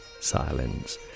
silence